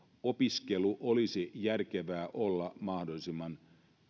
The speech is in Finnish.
opiskelun olisi järkevää olla mahdollisimman